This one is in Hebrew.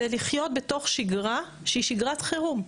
זה לחיות בתוך שגרה שהיא שגרת חירום.